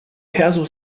perso